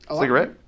cigarette